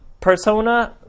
Persona